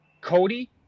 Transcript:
Cody